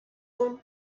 poan